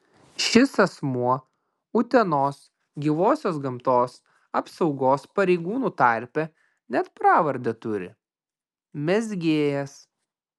šis asmuo utenos gyvosios gamtos apsaugos pareigūnų tarpe net pravardę turi mezgėjas